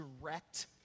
direct